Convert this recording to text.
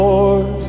Lord